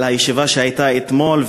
על הישיבה שהייתה אתמול,